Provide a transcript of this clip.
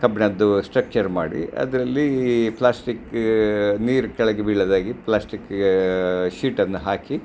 ಕಬ್ಬಿಣದ್ದು structure ಮಾಡಿ ಅದರಲ್ಲಿ plastic ನೀರು ಕೆಳಗೆ ಬೀಳದ ಹಾಗೆ ಪ್ಲಾಸ್ಟಿಕ್ಗೆ ಶೀಟನ್ನು ಹಾಕಿ